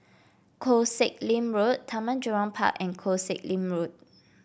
Koh Sek Lim Road Taman Jurong Park and Koh Sek Lim Road